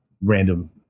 random